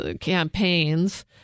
campaigns